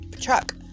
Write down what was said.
truck